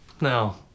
No